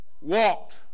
walked